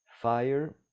fire